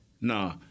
no